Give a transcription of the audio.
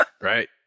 Right